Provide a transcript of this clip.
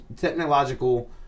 technological